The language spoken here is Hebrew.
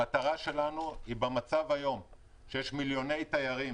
המטרה שלנו היא, שבמצב היום שמיליוני תיירים